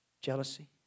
Jealousy